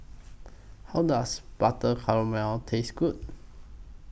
How Does Butter Calamari Taste Good